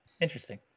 interesting